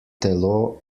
telo